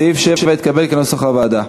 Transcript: סעיף 7 התקבל כנוסח הוועדה.